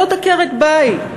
זאת עקרת-בית.